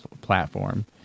platform